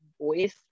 voice